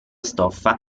stoffa